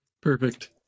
Perfect